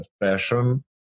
passion